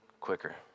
quicker